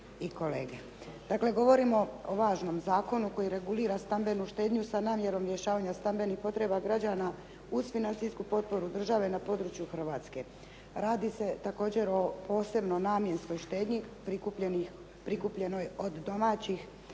Dakle, govorimo o važnom zakonu koji regulira stambenu štednju sa namjerom rješavanja stambenih potreba građana uz financijsku potporu države na području Hrvatske. Radi se također o posebno namjenskoj štednji prikupljenoj od domaćih